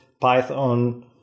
Python